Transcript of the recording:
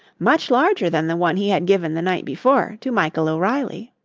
much larger than the one he had given the night before to michael o'reilly.